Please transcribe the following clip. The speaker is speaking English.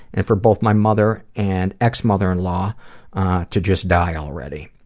and for both my mother and ex-mother-in-law to just die already.